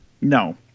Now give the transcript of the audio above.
No